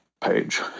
page